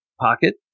pocket